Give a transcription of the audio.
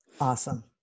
Awesome